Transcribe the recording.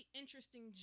interesting